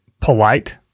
polite